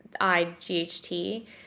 I-G-H-T